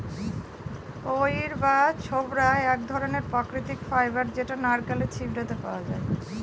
কইর বা ছবড়া এক ধরনের প্রাকৃতিক ফাইবার যেটা নারকেলের ছিবড়েতে পাওয়া যায়